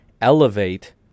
elevate